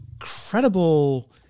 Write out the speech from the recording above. incredible